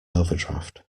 overdraft